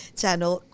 channel